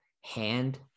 hand